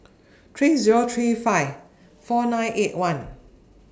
three Zero three five four nine eight one